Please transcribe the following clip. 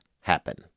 happen